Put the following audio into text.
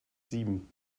sieben